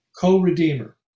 Co-redeemer